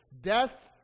Death